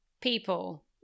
people